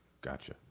gotcha